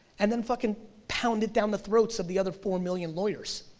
and then fucking pound it down the throats of the other four million lawyers,